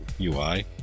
ui